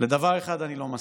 לדבר אחד אני לא מסכים: